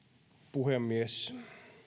puhemies